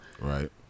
Right